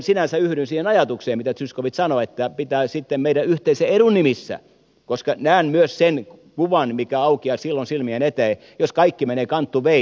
sinänsä yhdyn siihen ajatukseen mitä zyskowicz sanoi että pitää sitten meidän yhteisen edun nimissä näin toimia koska näen myös sen kuvan joka aukeaa silloin silmien eteen jos kaikki menee kanttuvei